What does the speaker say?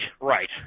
right